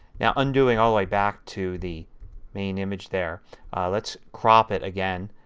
now undoing all the way back to the main image there let's crop it again.